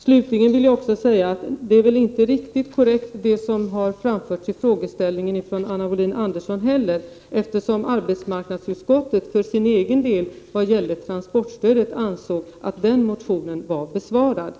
Slutligen vill jag säga att det som har framförts i frågeställningen från Anna Wohlin-Andersson heller inte är riktigt korrekt, eftersom arbetsmarknadsut